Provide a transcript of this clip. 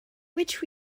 which